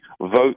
vote